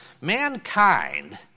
Mankind